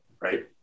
Right